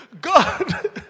god